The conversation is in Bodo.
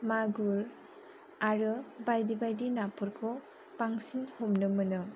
मागुर आरो बायदि बायदि नाफोरखौ बांसिन हमनो मोनो